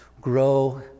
grow